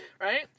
right